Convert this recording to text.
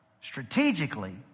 Strategically